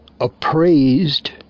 appraised